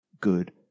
good